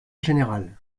général